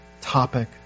topic